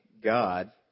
God